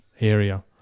area